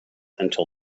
until